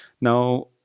Now